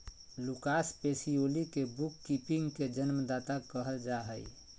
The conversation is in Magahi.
लूकास पेसियोली के बुक कीपिंग के जन्मदाता कहल जा हइ